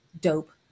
dope